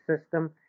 system